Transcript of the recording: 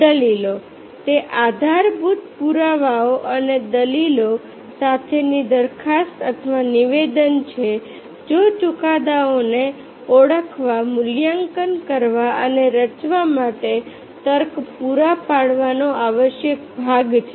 દલીલો તે આધારભૂત પુરાવાઓ અને દલીલો સાથેની દરખાસ્ત અથવા નિવેદન છે જો ચુકાદાઓને ઓળખવા મૂલ્યાંકન કરવા અને રચવા માટે તર્ક પૂરો પાડવાનો આવશ્યક ભાગ છે